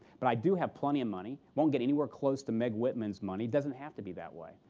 but i do have plenty of money. won't get anywhere close to meg whitman's money. doesn't have to be that way.